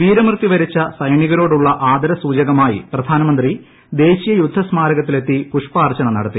വീരമൃത്യു വരിച്ച സൈനിക്കരോടുള്ള ആദരസൂചകമായി പ്രധാനമന്ത്രി ദേശീയ യുദ്ധ്സ്മാരകത്തിലെത്തി പുഷ്പാർച്ചന നടത്തി